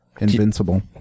Invincible